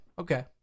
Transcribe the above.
okay